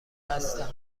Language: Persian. هستم